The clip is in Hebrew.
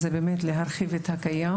להרחיב את הקיים